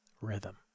rhythm